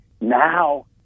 now